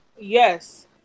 Yes